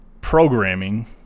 programming